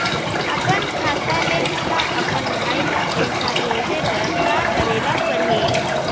अपन खाता ले मोला अपन भाई ल पइसा भेजे बर का करे ल परही?